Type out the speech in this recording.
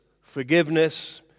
forgiveness